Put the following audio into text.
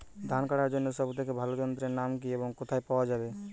ধান কাটার জন্য সব থেকে ভালো যন্ত্রের নাম কি এবং কোথায় পাওয়া যাবে?